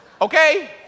Okay